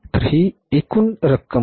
तर ही एकूण रक्कम होते